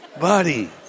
Buddy